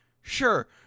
Sure